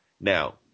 Now